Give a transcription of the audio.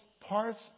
parts